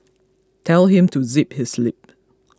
tell him to zip his lip